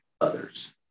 others